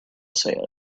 say